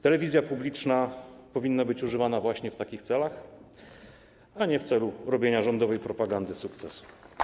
Telewizja publiczna powinna być wykorzystywana właśnie w takich celach, a nie do robienia rządowej propagandy sukcesu.